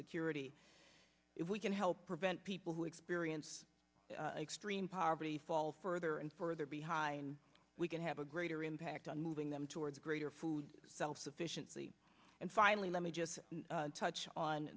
security if we can help prevent people who experience extreme poverty fall further and further behind we can have a greater impact on moving them towards greater food self sufficiency and finally let me just touch on